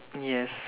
yes